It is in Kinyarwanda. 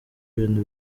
ibintu